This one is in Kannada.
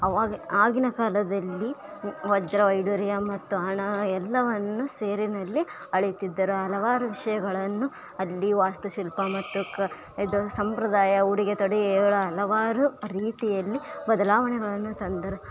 ಅವಾಗ ಆಗಿನ ಕಾಲದಲ್ಲಿ ವಜ್ರ ವೈಢೂರ್ಯ ಮತ್ತು ಹಣ ಎಲ್ಲವನ್ನು ಸೇರಿನಲ್ಲಿ ಅಳೆಯುತ್ತಿದ್ದರು ಹಲವಾರು ವಿಷಯಗಳನ್ನು ಅಲ್ಲಿ ವಾಸ್ತುಶಿಲ್ಪ ಮತ್ತು ಕ ಇದು ಸಂಪ್ರದಾಯ ಉಡುಗೆ ತೊಡುಗೆಗಳು ಹಲವಾರು ರೀತಿಯಲ್ಲಿ ಬದಲಾವಣೆಗಳನ್ನು ತಂದರು